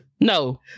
No